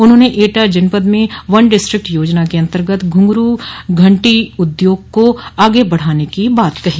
उन्होंने एटा जनपद में वन डिस्ट्रिक्ट योजना के अन्तर्गत घंघरू घंटी उद्योग को आगे बढ़ाने की बात कही